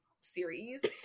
series